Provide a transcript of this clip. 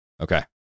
Okay